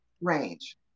Range